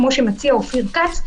כמו שמציע אופיר כץ,